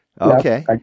Okay